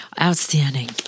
Outstanding